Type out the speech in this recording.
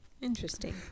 Interesting